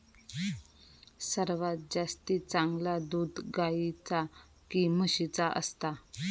सर्वात जास्ती चांगला दूध गाईचा की म्हशीचा असता?